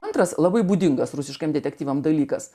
antras labai būdingas rusiškam detektyvams dalykas